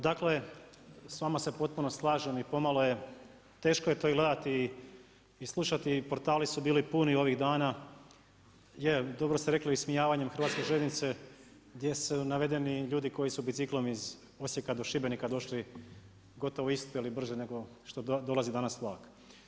Dakle s vama se potpuno slažem i pomalo je teško to gledati i slušati portali su bili puni ovih dana, je dobro ste rekli ismijavanjem hrvatske željeznice gdje su navedeni ljudi koji su biciklom iz Osijeka do Šibenika došli gotovo isto ili brže nego što dolazi danas vlak.